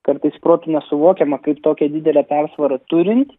kartais protu nesuvokiama kaip tokią didelę persvarą turint